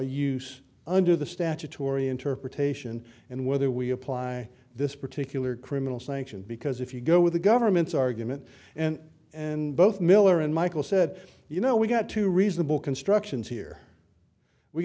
use under the statutory interpretation and whether we apply this particular criminal sanction because if you go with the government's argument and and both miller and michael said you know we've got two reasonable constructions here we've